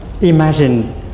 imagine